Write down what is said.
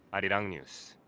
arirang news.